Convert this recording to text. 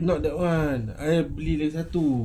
not that [one] I beli lagi satu